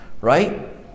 Right